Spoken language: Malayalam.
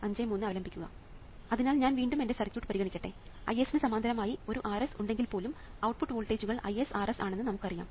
അതിനാൽ ഞാൻ വീണ്ടും എന്റെ സർക്യൂട്ട് പരിഗണിക്കട്ടെ Is ന് സമാന്തരമായി ഒരു Rs ഉണ്ടെങ്കിൽ പോലും ഔട്ട്പുട്ട് വോൾട്ടേജുകൾ Is×R ആണെന്ന് നമുക്കറിയാം